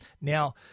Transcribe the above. Now